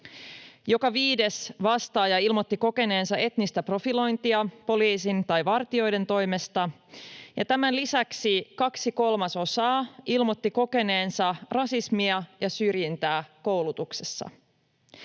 Joka viides vastaaja ilmoitti kokeneensa etnistä profilointia poliisin tai vartijoiden toimesta, ja tämän lisäksi kaksi kolmasosaa ilmoitti kokeneensa rasismia ja syrjintää koulutuksessa.